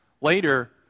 Later